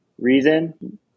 reason